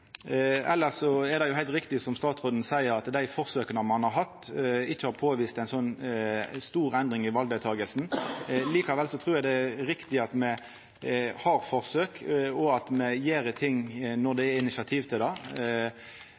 er det heilt riktig som statsråden seier, at dei forsøka ein har hatt, ikkje har påvist noka stor endring i valdeltakinga. Likvel trur eg det er riktig at me har forsøk, og at me gjer ting når det kjem initiativ. Det